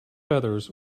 feathers